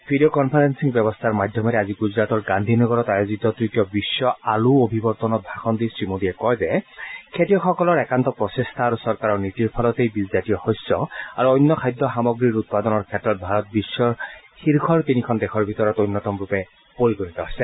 video conferencing ব্যৱস্থাৰ জৰিয়তে গুজাৰাটৰ গান্ধী নগৰত আজি আয়োজিত তৃতীয় বিশ্ব আলু অভিৱৰ্তনত ভাষণ দি শ্ৰীমোদীয়ে কয় যে খেতিয়কসকলৰ একান্ত প্ৰচেষ্টা আৰু চৰকাৰ নীতিৰ ফলত বীজজাতীয় শস্য আৰু অন্য খাদ্য সামগ্ৰীৰ উৎপাদনৰ ক্ষেত্ৰত ভাৰত বিশ্বৰ শীৰ্ষৰ তিনিখন দেশৰ ভিতৰত অন্যতমৰূপে পৰিগণিত হৈছে